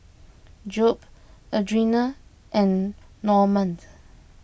Jobe Adriana and Normand